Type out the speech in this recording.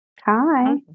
Hi